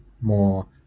more